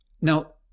now